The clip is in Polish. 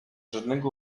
żadnego